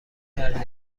کرده